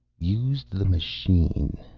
used the machine.